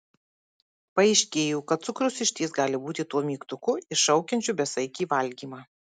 paaiškėjo kad cukrus išties gali būti tuo mygtuku iššaukiančiu besaikį valgymą